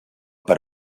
per